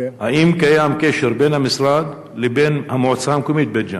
קשר בין המשרד לבין המועצה המקומית בית-ג'ן?